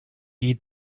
eat